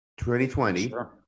2020